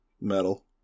Metal